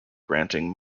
granting